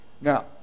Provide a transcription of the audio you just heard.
Now